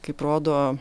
kaip rodo